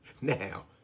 Now